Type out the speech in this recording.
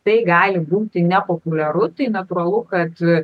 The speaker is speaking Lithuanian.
tai gali būti nepopuliaru tai natūralu kad